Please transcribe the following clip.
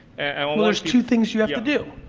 and well, there's two things you have to do.